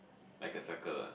like a circle lah